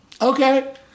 Okay